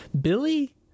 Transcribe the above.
Billy